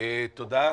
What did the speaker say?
תודה.